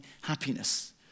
happiness